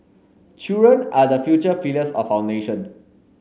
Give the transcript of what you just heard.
children are the future pillars of our nation